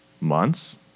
months